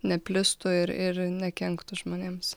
neplistų ir ir nekenktų žmonėms